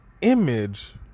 image